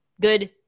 good